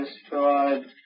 destroyed